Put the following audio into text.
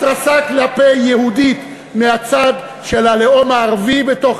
התרסה כלפי יהודי מהצד של הלאום הערבי בתוך